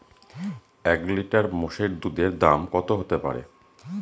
এক লিটার মোষের দুধের দাম কত হতেপারে?